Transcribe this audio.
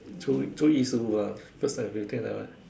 初初一十五啊 first and fifteen ah